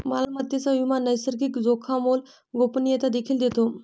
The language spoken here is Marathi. मालमत्तेचा विमा नैसर्गिक जोखामोला गोपनीयता देखील देतो